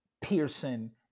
Pearson